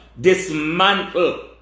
Dismantle